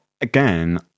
again